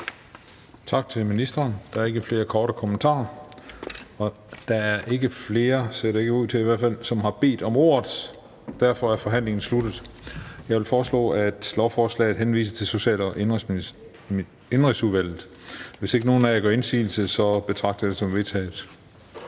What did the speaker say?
Tak til ministeren. Der er ikke flere korte bemærkninger, og det ser ikke ud til, at der er flere, der har bedt om ordet. Derfor er forhandlingen sluttet. Jeg foreslår, at lovforslaget henvises til Social- og Indenrigsudvalget. Hvis ingen gør indsigelse, betragter jeg det som vedtaget.